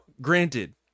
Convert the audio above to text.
granted